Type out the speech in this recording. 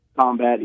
combat